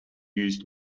used